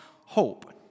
hope